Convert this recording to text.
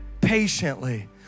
patiently